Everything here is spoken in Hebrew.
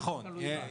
נכון.